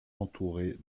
entourés